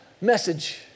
message